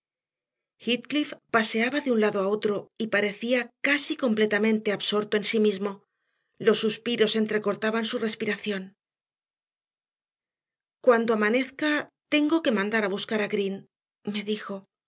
paseaba de un lado a otro y parecía casi completamente absorto en sí mismo los suspiros entrecortaban su respiración cuando amanezca tengo que mandar a buscar a green me dijo